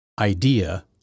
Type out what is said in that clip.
idea